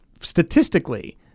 statistically